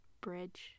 bridge